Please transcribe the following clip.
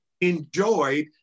enjoyed